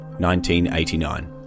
1989